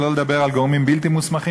שלא לדבר על גורמים בלתי מוסמכים,